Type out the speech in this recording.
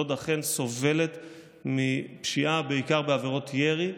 לוד אכן סובלת מפשיעה, בעיקר בעבירות ירי,